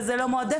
וזה לא מועדפת,